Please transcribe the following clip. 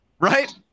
right